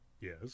Yes